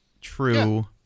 True